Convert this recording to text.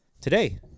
Today